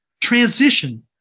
transition